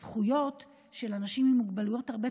הזכויות של אנשים עם מוגבלויות הרבה